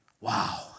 Wow